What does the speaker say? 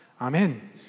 Amen